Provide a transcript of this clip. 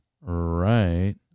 right